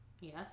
Yes